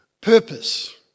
purpose